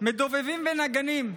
מדובבים ורקדנים,